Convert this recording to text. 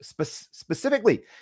specifically